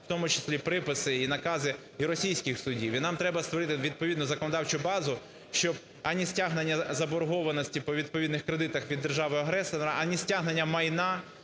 в тому числі приписи і накази і російських судів. І нам треба створити відповідно законодавчу базу, щоб ані стягнення заборгованості по відповідних кредитах від держави-агресора, ані стягнення майна,